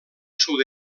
sud